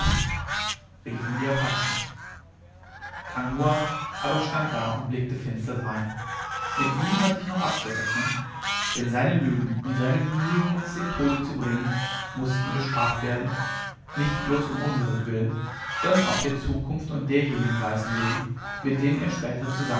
riefen die apachen tangua aber stand da und blickte finster drein mit ihm hatte ich noch abzurechnen denn seine lügen und seine bemühungen uns den tod zu bringen mußten bestraft werden nicht bloß um unsertwillen sondern auch der zukunft und derjenigen weißen wegen mit denen er später